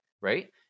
right